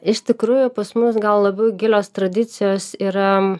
iš tikrųjų pas mus gal labiau gilios tradicijos yra